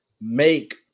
make